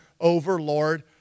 overlord